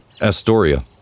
Astoria